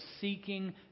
seeking